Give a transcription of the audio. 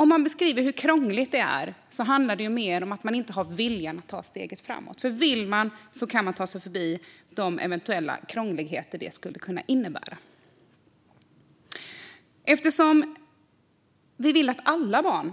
Om man beskriver hur krångligt det är handlar det mer om att man inte har viljan att ta steget framåt. Vill man kan man ta sig förbi de eventuella krångligheter detta skulle kunna innebära. Eftersom vi vill att alla barn